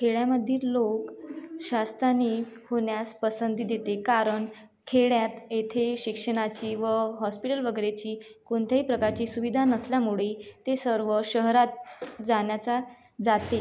खेड्यामधील लोक शा स्थानिक होण्यास पसंती देते कारण खेड्यात येथे शिक्षणाची व हॉस्पिटल वगैरेची कोणत्याही प्रकारची सुविधा नसल्यामुळे ते सर्व शहरात जाण्याचा जाते